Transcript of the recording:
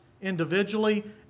individually